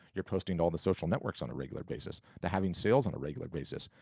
you're posting to all the social networks on a regular basis, they're having sales on a regular basis.